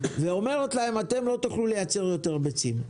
שאומרת להם שלא יוכלו לייצר יותר ביצים.